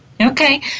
Okay